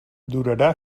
durarà